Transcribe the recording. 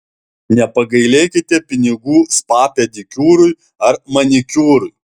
nepagailėkite pinigų spa pedikiūrui ar manikiūrui